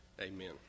Amen